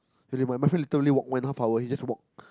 and in my mind literally walk one half hour he just walk